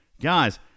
Guys